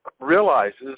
realizes